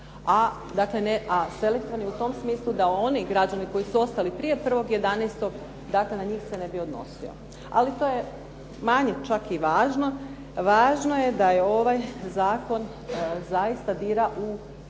a selektivan je u tom smislu da oni građani koji su ostali prije 1. 11., dakle na njih se ne bi odnosio. Ali to je manje čak i važno. Važno je da ovaj zakon zaista dira u pravne